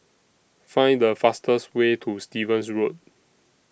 Find The fastest Way to Stevens Road